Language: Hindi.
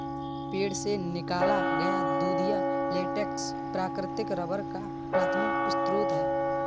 पेड़ से निकाला गया दूधिया लेटेक्स प्राकृतिक रबर का प्राथमिक स्रोत है